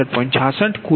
55 266